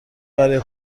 برای